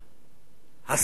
השר עוזי לנדאו,